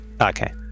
Okay